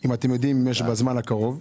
אם אתם יודעים אם יש בזמן הקרוב.